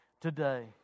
today